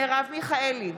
מרב מיכאלי,